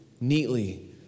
neatly